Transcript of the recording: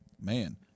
man